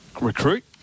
recruit